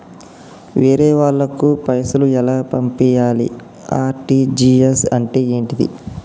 వేరే వాళ్ళకు పైసలు ఎలా పంపియ్యాలి? ఆర్.టి.జి.ఎస్ అంటే ఏంటిది?